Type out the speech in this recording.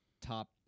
top